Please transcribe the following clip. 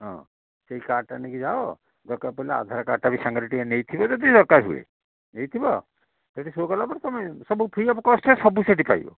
ହଁ ସେଇ କାର୍ଡ଼ଟା ନେଇକି ଯାଅ ଦରକାର ପଡ଼ିଲେ ଆଧାରକାର୍ଡ଼ଟା ସାଙ୍ଗରେ ଟିକେ ନେଇଥିବ ଯଦି ଦରକାର ହୁଏ ନେଇଥିବ ସେଠି ସବୁ କଲା ପରେ ତୁମେ ସବୁ ଫ୍ରୀ ଅଫ୍ କଷ୍ଟରେ ସବୁ ସେଇଠି ପାଇବ